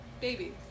Baby